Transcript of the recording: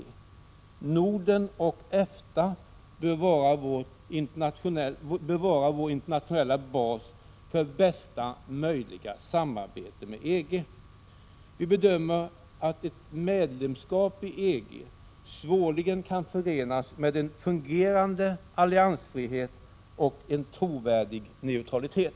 Norden och EFTA bör vara vår internationella bas för bästa möjliga samarbete med EG. Vi bedömer att ett medlemskap i EG svårligen kan förenas med en fungerande alliansfrihet och en trovärdig neutralitet.